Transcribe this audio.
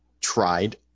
tried